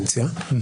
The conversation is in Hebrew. כך: